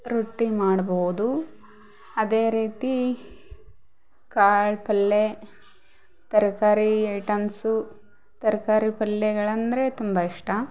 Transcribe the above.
ರೊಟ್ಟಿ ಮಾಡ್ಬೋದು ಅದೇ ರೀತಿ ಕಾಳು ಪಲ್ಯ ತರಕಾರಿ ಐಟಮ್ಸು ತರಕಾರಿ ಪಲ್ಯಗಳಂದ್ರೆ ತುಂಬ ಇಷ್ಟ